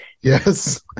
Yes